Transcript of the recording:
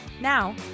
Now